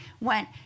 went